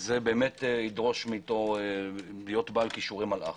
זה באמת ידרוש ממנו להיות בעל כישורי מלאך.